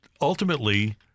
ultimately